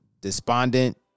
despondent